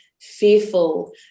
fearful